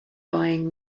buying